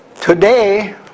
Today